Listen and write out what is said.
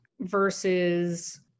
Versus